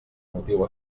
motiu